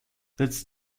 that’s